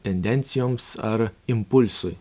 tendencijoms ar impulsui